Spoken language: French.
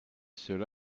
cela